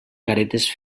caretes